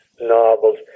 novels